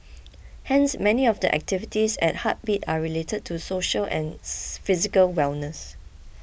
hence many of the activities at heartbeat are related to social and physical wellness